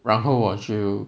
然后我就